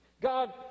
God